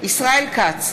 ישראל כץ,